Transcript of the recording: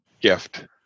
gift